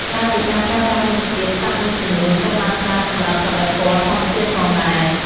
ក្រៅពីការប្រើប្រាស់រុក្ខជាតិ សត្វមួយចំនួន ត្រូវបានប្រើសម្រាប់ផលិតពណ៌ធម្មជាតិផងដែរ។